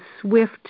swift